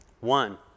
One